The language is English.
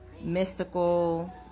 mystical